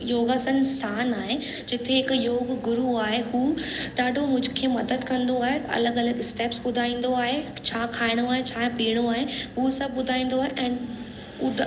योगासन स्थानु आहे जिथे हिक योग गुरू आहे हू ॾाढो मूंखे मदद कंदो आहे अलॻि अलॻि स्टेप्स ॿुधाईंदो आहे छा खाइणो आहे छा पीअणो आहे हू सभु ॿुधाईंदो आहे ऐं उद